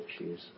issues